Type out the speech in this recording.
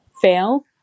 fail